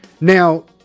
Now